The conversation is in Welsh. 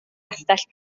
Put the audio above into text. gastell